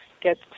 get